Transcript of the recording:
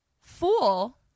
Fool